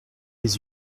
les